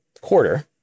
quarter